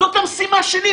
זאת המשימה שלי,